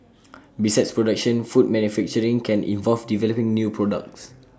besides production food manufacturing can involve developing new products